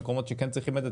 מקומות שכן צריכים את זה,